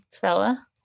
fella